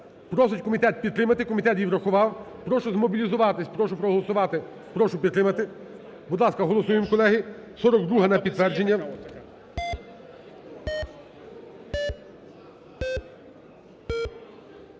Просить комітет підтримати, комітет її врахував. Прошу змобілізуватись, прошу проголосувати, прошу підтримати. Будь ласка, голосуємо, колеги, 42-а на підтвердження.